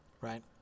Right